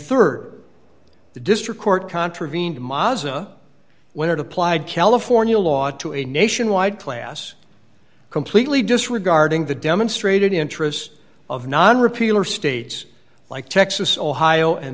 rd the district court contravened maza when it applied california law to a nationwide class completely disregarding the demonstrated interest of non repeal or states like texas ohio and